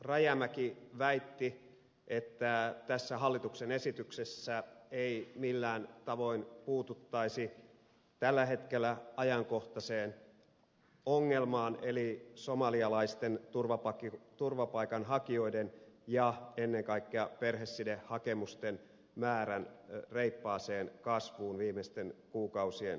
rajamäki väitti että tässä hallituksen esityksessä ei millään tavoin puututtaisi tällä hetkellä ajankohtaiseen ongelmaan eli somalialaisten turvapaikanhakijoiden ja ennen kaikkea perhesidehakemusten määrän reippaaseen kasvuun viimeisten kuukausien aikana